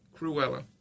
Cruella